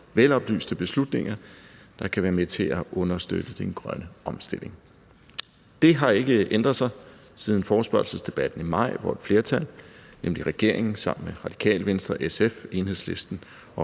veloplyste beslutninger, der kan være med til at understøtte den grønne omstilling. Det har ikke ændret sig siden forespørgselsdebatten i maj, hvor et flertal, nemlig regeringen sammen med Radikale Venstre, SF, Enhedslisten og